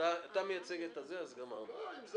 עשר